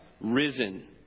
risen